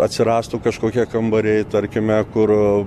atsirastų kažkokie kambariai tarkime kur